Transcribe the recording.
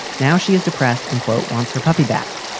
now she is depressed and, quote, wants her puppy back.